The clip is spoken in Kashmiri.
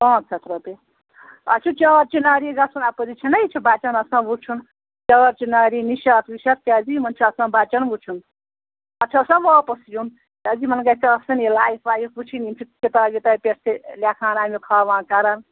پانٛژھ ہَتھ رۄپیہِ اَسہِ چھُ چار چِناری گژھُن اَپٲری چھِ نَہ یہِ چھِ بچن آسان وٕچھُن چار چِناری نِشاط وِشاط کیٛازِ یِمَن چھُ آسان بَچن وٕچھُن پَتہٕ چھُ آسان واپس یُن کیٛازِ یِمن گژھِ آسٕنۍ یہِ لایِف وایِف وٕچھِنۍ یِم چھِ کِتابہِ وِتابہِ پٮ۪ٹھ تہِ لیکھان اَمیُک ہاوان کران